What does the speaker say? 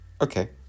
okay